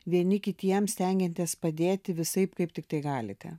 vieni kitiems stengiatės padėti visaip kaip tiktai galite